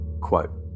quote